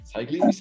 Cycling